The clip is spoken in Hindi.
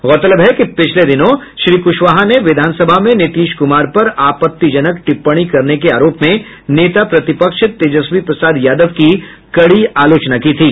गौरतलब है कि पिछले दिनों श्री कुशवाहा ने विधानसभा में नीतीश कुमार पर आपत्तिजनक टिप्पणी करने के आरोप में नेता प्रतिपक्ष तेजस्वी प्रसाद यादव की कड़ी आलोचना की थी